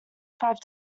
five